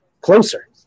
closer